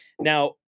Now